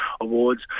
awards